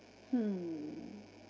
hmm